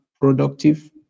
productive